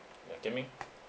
ya Kian Ming